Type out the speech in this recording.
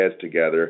together